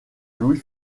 louis